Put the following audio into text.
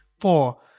four